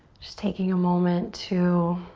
just taking a moment to